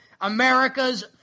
America's